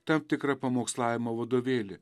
tam tikrą pamokslavimo vadovėlį